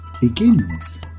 begins